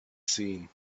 seen